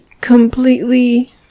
completely